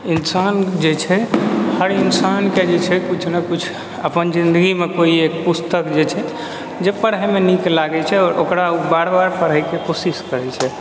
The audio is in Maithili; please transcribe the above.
इंसान जे छै हर इंसानके जे छै किछु ने किछु अपन जिन्दगीमे कोइ एक पुस्तक जे छै जे पढ़ैमे नीक लागै छै ओकरा ओ बार बार पढ़ैके कोशिश करै छै